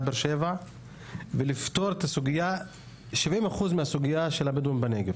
באר שבע ולפתור 70% מהסוגייה של הבדואים בנגב.